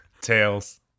Tails